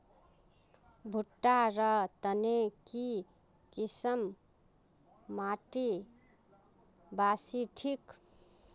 भुट्टा र तने की किसम माटी बासी ठिक?